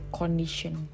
condition